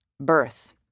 Birth